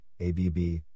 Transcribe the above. abb